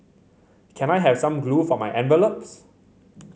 can I have some glue for my envelopes